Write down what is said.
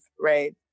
right